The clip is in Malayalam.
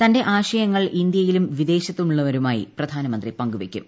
തന്റെ ആശയങ്ങൾ ഇന്ത്യയിലും വിദേശത്തുള്ളവരുമായി പ്രധാനമന്ത്രി പങ്കുവയ്ക്കും